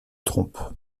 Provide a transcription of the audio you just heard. trompe